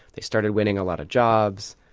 they started winning a lot of jobs.